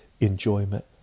enjoyment